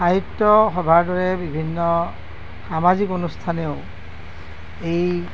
সাহিত্য় সভাৰ দৰে বিভিন্ন সামাজিক অনুষ্ঠানেও এই